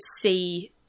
see